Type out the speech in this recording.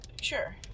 Sure